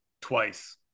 Twice